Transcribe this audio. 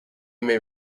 may